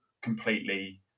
completely